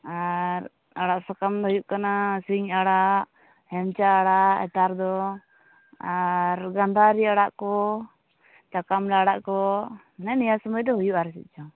ᱟᱨ ᱟᱲᱟᱜ ᱥᱟᱠᱟᱢ ᱫᱚ ᱦᱩᱭᱩᱜ ᱠᱟᱱᱟ ᱥᱤᱧ ᱟᱲᱟᱜ ᱦᱮᱱᱪᱟ ᱟᱲᱟᱜ ᱱᱮᱛᱟᱨ ᱫᱚ ᱟᱨ ᱜᱟᱫᱷᱟᱨᱤ ᱟᱲᱟᱜ ᱠᱚ ᱪᱟᱠᱟᱢ ᱞᱟᱲᱟᱜ ᱠᱚ ᱢᱟᱱᱮ ᱱᱤᱭᱟᱹ ᱥᱚᱢᱚᱭ ᱫᱚ ᱦᱩᱭᱩᱜᱼᱟ ᱟᱨ ᱪᱮᱫ ᱪᱚᱝ